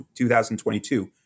2022